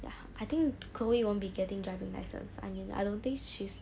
ya I think chloe won't be getting driving license I mean I don't think she's